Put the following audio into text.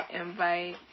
invite